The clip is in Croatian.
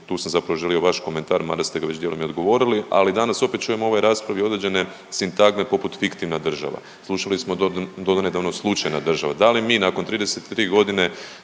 tu sam zapravo želio vaš komentar, mada ste ga već dijelom i odgovorili, ali danas opet čujem u ovoj raspravi određene sintagme poput fiktivna država. Slušali smo donedavno slučajna država. Da li mi nakon 33 godine